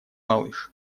малыш